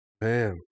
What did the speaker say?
Man